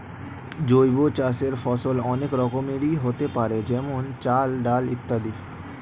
জৈব চাষের ফসল অনেক রকমেরই হতে পারে যেমন চাল, ডাল ইত্যাদি